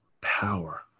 power